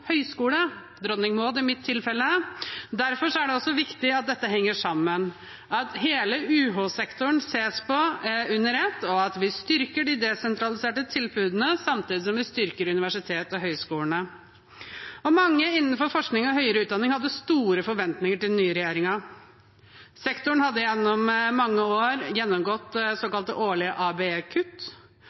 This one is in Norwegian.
høgskole, Dronning Mauds Minne i mitt tilfelle. Derfor er det viktig at dette henger sammen, at hele UH-sektoren ses på under ett, og at vi styrker de desentraliserte tilbudene samtidig som vi styrker universitetene og høyskolene. Mange innenfor forskning og høyere utdanning hadde store forventninger til den nye regjeringen. Sektoren hadde gjennom mange år gjennomgått såkalte årlige